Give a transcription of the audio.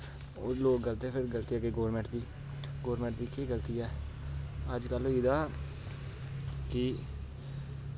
ओह् लोग गल्त सोचदे गल्ती सारी गौरमैंट दी गौरमैंट दी बी केह् गल्ती ऐ अजकल होई दा कि